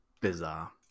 Bizarre